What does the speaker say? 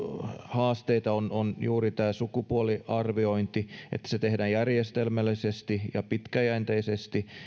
haasteita on on juuri tämä sukupuoliarviointi se että se tehdään järjestelmällisesti ja pitkäjänteisesti